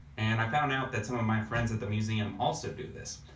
and i found out that some of my friends at the museum, also do this.